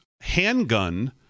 handgun